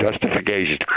Justification